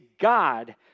God